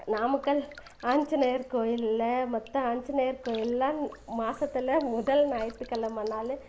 நாமக்கல் ஆஞ்சநேயர் கோயிலில் மற்ற ஆஞ்சநேயர் கோயிலெல்லாம் மாதத்துல முதல் ஞாயிற்றுக் கெழம நாள்